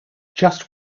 just